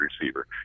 receiver